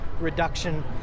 reduction